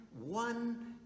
one